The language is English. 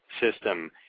system